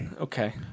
Okay